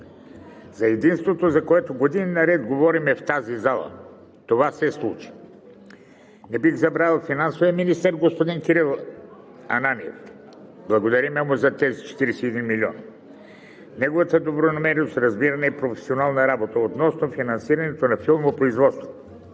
за единството, за което години наред говорим в тази зала! Това се случи. Не бих забравил финансовия министър господин Кирил Ананиев и му благодаря за тези 41 милиона, за неговата добронамереност, разбиране и професионална работа относно финансирането на филмопроизводството.